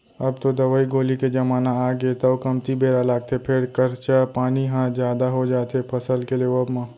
अब तो दवई गोली के जमाना आगे तौ कमती बेरा लागथे फेर खरचा पानी ह जादा हो जाथे फसल के लेवब म